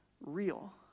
real